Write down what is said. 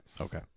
Okay